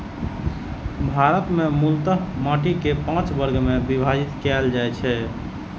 भारत मे मूलतः माटि कें पांच वर्ग मे विभाजित कैल जाइ छै